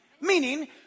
Meaning